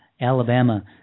Alabama